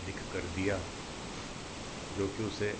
लिखकर दिया जोकि उसे